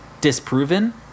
disproven